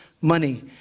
money